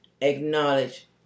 acknowledge